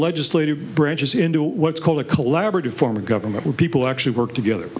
legislative branches into what's called a collaborative form of government where people actually work together